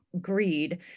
greed